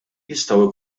jistgħu